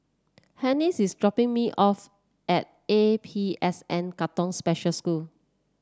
Hessie is dropping me off at A P S N Katong Special School